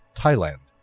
thailand.